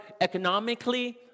economically